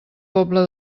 pobla